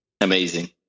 amazing